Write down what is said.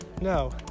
no